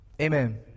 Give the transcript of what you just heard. Amen